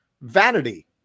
vanity